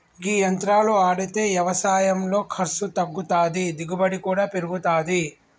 గీ యంత్రాలు ఆడితే యవసాయంలో ఖర్సు తగ్గుతాది, దిగుబడి కూడా పెరుగుతాది